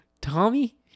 Tommy